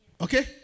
Okay